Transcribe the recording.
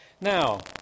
Now